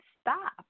stop